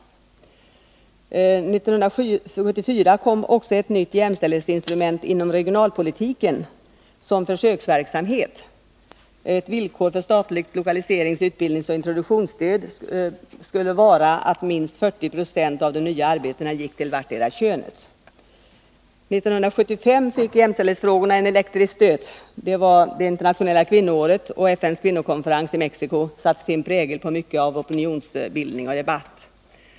År 1974 kom också — som försöksverksamhet — ett nytt jämställdhetsinstrument inom regionalpolitiken: ett villkor för statligt lokaliserings-, utbildningsoch introduktionsstöd skulle vara att minst 40 26 av de nya arbetena gick till vartdera könet. År 1975 fick jämställdhetsfrågorna en elektrisk stöt. Det var det internationella kvinnoåret, och FN:s kvinnokonferens i Mexico satte sin prägel på mycket av opinionsbildning och debatt.